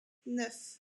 neuf